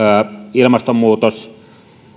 ilmastonmuutos